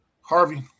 Harvey